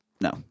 No